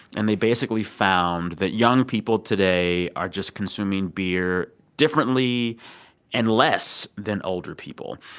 and they basically found that young people today are just consuming beer differently and less than older people.